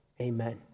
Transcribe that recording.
amen